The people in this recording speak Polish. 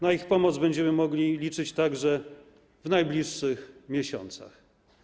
Na ich pomoc będziemy mogli liczyć także w najbliższych miesiącach.